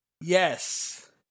Yes